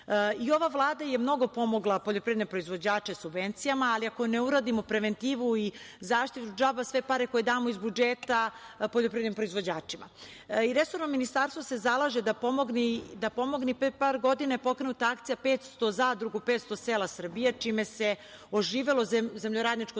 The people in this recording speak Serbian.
ova Vlada je mnogo pomogla poljoprivredne proizvođače subvencijama, ali ako ne uradimo preventivu i zaštitu, džaba sve pare koje damo iz budžeta poljoprivrednim proizvođačima. Resorno ministarstvo se zalaže da pomogne, i pre par godina je pokrenuta akcija „500 zadruga u 500 sela“ Srbije čime se oživelo zemljoradničko